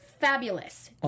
fabulous